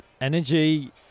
energy